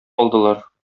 алдылар